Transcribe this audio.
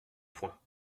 points